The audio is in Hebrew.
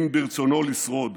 אם ברצונו לשרוד.